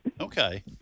Okay